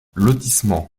lotissement